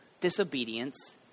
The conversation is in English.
disobedience